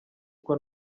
uko